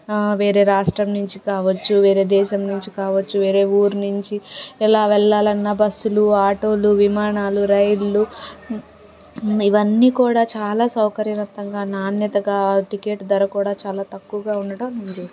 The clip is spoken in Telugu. వేరే రాష్ట్రం నుంచి కావచ్చు వేరే దేశం నుంచి కావచ్చు వేరే ఊరు నుంచి ఎలా వెళ్ళాలన్నా బస్సులు ఆటోలు విమానాలు రైళ్ళు ఇవన్నీ కూడా చాలా సౌకర్యవంతంగా నాణ్యతగా టికెట్ ధర కూడా చాలా తక్కువగా ఉండటం ఉంది